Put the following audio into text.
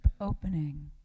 opening